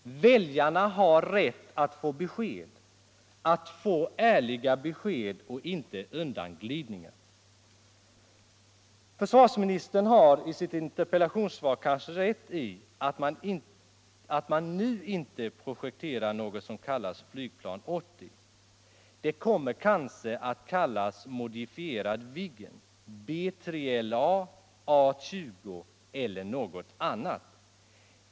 Väljarna har rätt att få ärliga besked och inte undanglidningar! Försvarsministern har kanske rätt i att man nu inte projekterar något som kallas flygplan 80 — det kommer kanske att kallas en modifierad Viggen B3 LA, A 20 eller någonting annat.